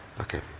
Okay